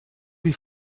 wie